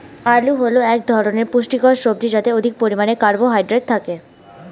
আলু হল এক ধরনের পুষ্টিকর সবজি যাতে অধিক পরিমাণে কার্বোহাইড্রেট থাকে